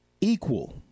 equal